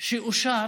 שאושרה